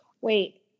Wait